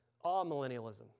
all-millennialism